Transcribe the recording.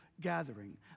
gathering